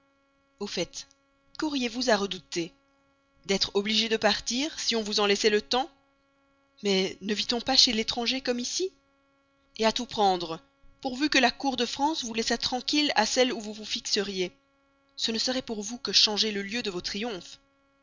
au fait quauriez vous à redouter d'être obligé de partir si on vous en laissait le temps mais ne vit-on pas chez l'étranger comme ici à tout prendre pourvu que la cour de france vous laissât tranquille à celle où vous vous fixeriez ce ne serait pour vous que changer le lieu de vos triomphes